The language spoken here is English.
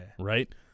Right